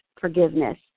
forgiveness